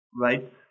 right